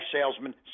salesmen